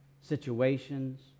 situations